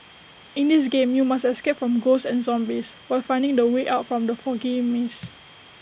in this game you must escape from ghosts and zombies while finding the way out from the foggy maze